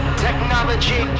technology